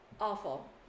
awful